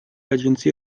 agenzie